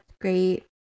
great